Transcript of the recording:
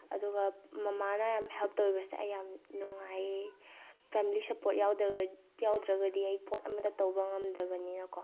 ꯑꯗꯨꯒ ꯃꯃꯥꯅ ꯌꯥꯝ ꯍꯦꯜꯞ ꯇꯧꯕꯤꯕꯁꯦ ꯑꯩ ꯌꯥꯝ ꯅꯨꯡꯉꯥꯏꯌꯦ ꯐꯦꯝꯂꯤ ꯁꯞꯄꯣꯔꯠ ꯌꯥꯗ꯭ꯔꯒꯗꯤ ꯑꯩ ꯄꯣꯠ ꯑꯃꯠꯇ ꯇꯧꯕ ꯉꯝꯗꯕꯅꯤꯅꯀꯣ